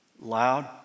loud